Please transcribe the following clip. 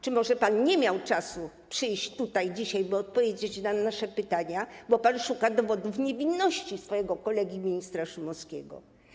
Czy może pan nie miał czasu przyjść tutaj dzisiaj, by odpowiedzieć na nasze pytania, bo pan szuka dowodów niewinności swojego kolegi ministra Szumowskiego?